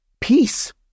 peace